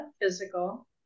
physical